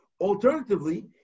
Alternatively